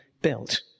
built